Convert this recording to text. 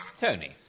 Tony